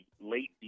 late